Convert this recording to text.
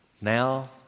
Now